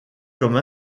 comme